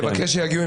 תבקש שיגיעו,